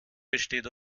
besteht